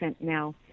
now